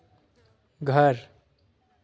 घर